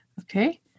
Okay